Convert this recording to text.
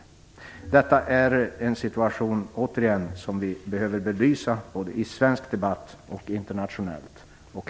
Detta är återigen en situation som vi behöver belysa både i svensk debatt och internationellt.